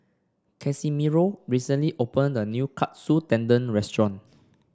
Casimiro recently opened a new Katsu Tendon Restaurant